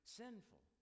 sinful